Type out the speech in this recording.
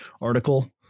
article